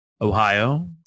Ohio